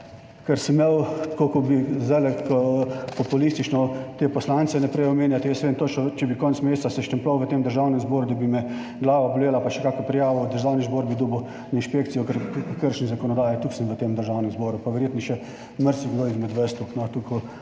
ker sem imel tako kot bi zdajle populistično te poslance naprej omenjate, jaz vem točno, če bi konec meseca se štempljal v tem Državnem zboru, da bi me glava bolela pa še kakšno prijavo Državni zbor bi dobil na inšpekcijo, ker bi kršili zakonodajo, toliko sem v tem Državnem zboru, pa verjetno še marsikdo izmed vas tu, no, toliko